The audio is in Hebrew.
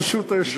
ברשות היושב-ראש,